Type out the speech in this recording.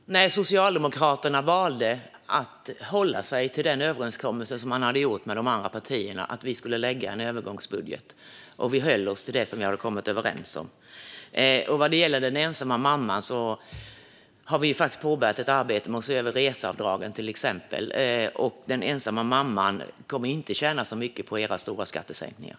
Fru talman! Nej, Socialdemokraterna valde att hålla sig till den överenskommelse som man hade gjort med de andra partierna om att vi skulle lägga fram en övergångsbudget. Vi höll oss till det som vi hade kommit överens om. Vad gäller den ensamma mamman har vi faktiskt påbörjat ett arbete med att se över reseavdragen till exempel, och just den ensamma mamman kommer inte att tjäna så mycket på era stora skattesänkningar.